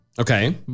Okay